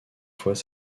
fois